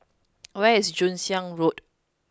where is Joon Hiang Road